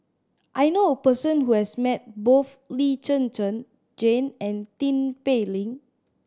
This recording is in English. I knew a person who has met both Lee Zhen Zhen Jane and Tin Pei Ling